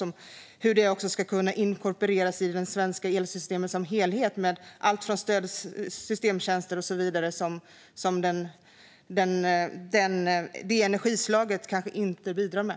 Jag undrar hur det ska kunna inkorporeras i det svenska elsystemet som helhet med systemtjänster och så vidare som det energislaget kanske inte bidrar med.